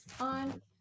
on